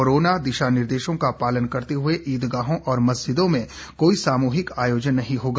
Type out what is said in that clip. corona दिशा निर्देशों का पालन करते हुए ईदगाहों और मस्जिदों में कोई सामुहिक आयोजन नहीं होगा